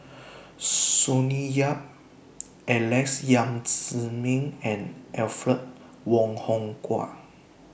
Sonny Yap Alex Yam Ziming and Alfred Wong Hong Kwok